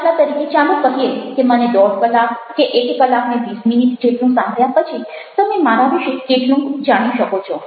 દાખલા તરીકે ચાલો કહીએ કે મને દોઢ કલાક કે એક કલાકને વીસ મિનિટ જેટલું સાંભળ્યા પછી તમે મારા વિશે કેટલુંક જાણી શકો છો